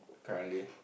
currently